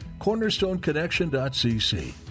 cornerstoneconnection.cc